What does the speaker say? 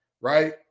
right